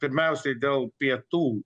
pirmiausiai dėl pietų